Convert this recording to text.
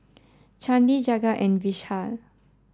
Chandi Jagat and Vishal